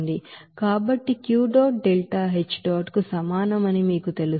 కాబట్టి Q dot delta H dot కు సమానమని మీకు తెలుసు